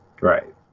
right